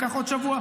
זה לקח עוד שבוע,